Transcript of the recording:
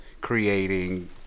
creating